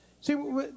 See